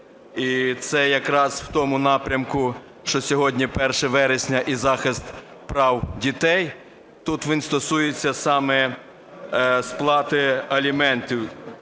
і це якраз в тому напрямку, що сьогодні 1 вересня і захист прав дітей, тут він стосується саме сплати аліментів